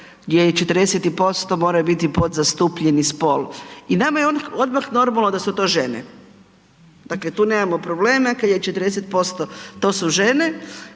i posto moraju biti podzastupljeni spol i nama je odmah normalno da su to žene. Dakle, tu nemamo probleme kad je 40%, to su žene